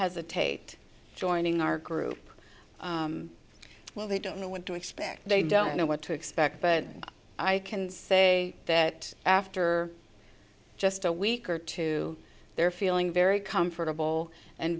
a tate joining our group well they don't know what to expect they don't know what to expect but i can say that after just a week or two their fee very comfortable and